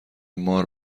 مار